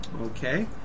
Okay